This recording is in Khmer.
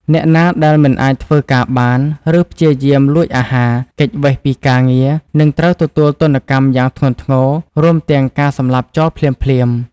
អ្នកណាដែលមិនអាចធ្វើការបាន ឬព្យាយាមលួចអាហារ គេចវេសពីការងារ នឹងត្រូវទទួលទណ្ឌកម្មយ៉ាងធ្ងន់ធ្ងរ រួមទាំងការសម្លាប់ចោលភ្លាមៗ។